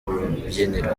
rubyiniro